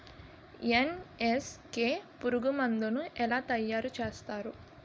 NSK పురుగు మందు ను ఎలా తయారు చేస్తారు?